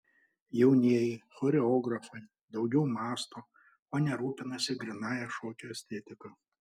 jaunieji choreografai daugiau mąsto o ne rūpinasi grynąja šokio estetika